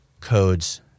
codes